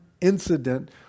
incident